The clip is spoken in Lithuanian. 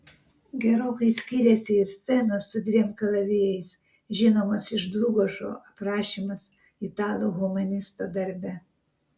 gerokai skiriasi ir scenos su dviem kalavijais žinomos iš dlugošo aprašymas italų humanisto darbe